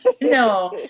No